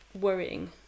Worrying